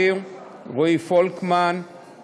הפעם זה יהיה טיפה יותר